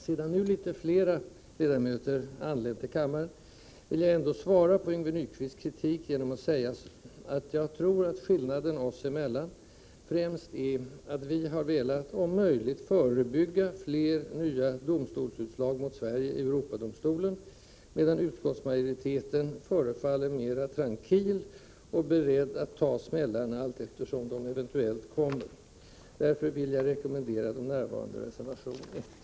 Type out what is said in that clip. Sedan nu litet flera ledamöter anlänt till kammaren, vill jag ändå svara på Yngve Nyquists kritik genom att säga att jag tror att skillnaden oss emellan främst är att vi har velat — om möjligt — förebygga fler nya domstolsutslag mot Sverige i Europadomstolen, medan utskottsmajoriteten förefaller mera trankil och beredd att ta smällarna allteftersom de eventuellt kommer. Därför vill jag rekommendera de närvarande att rösta på reservation 1.